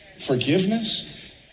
forgiveness